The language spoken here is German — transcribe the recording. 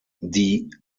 die